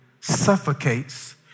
suffocates